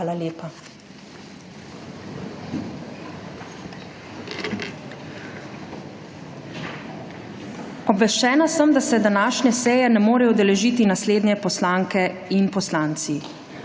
molka/ Obveščena sem, da se današnje seje ne morejo udeležiti naslednje poslanke in poslanci: